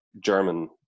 German